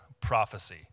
prophecy